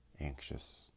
anxious